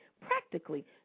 practically